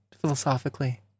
philosophically